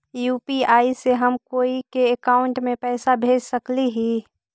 UPI से हम कोई के अकाउंट में पैसा भेज सकली ही?